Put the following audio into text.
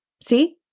See